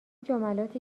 جملاتی